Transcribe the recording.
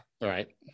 Right